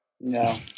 No